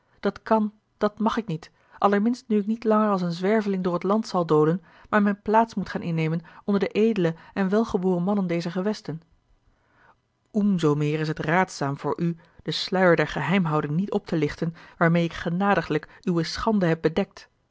dat kan dat mag ik niet allerminst nu ik niet langer als een zwerveling door het land zal dolen maar mijne plaats moet gaan innemen onder de edele en welgeboren mannen dezer gewesten um so mehr is het raadzaam voor u den sluier der geheimhouding niet op te lichten waarmeê ik genadiglijk uwe schande heb bedekt